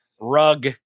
rug